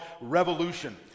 Revolution